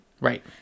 Right